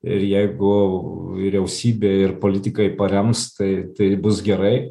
ir jeigu vyriausybė ir politikai parems tai tai bus gerai